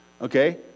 Okay